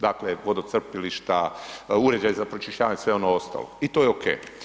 Dakle vodocrpilišta, uređaji za pročišćavanje i sve ono ostalo i toj e OK.